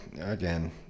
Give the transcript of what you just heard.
again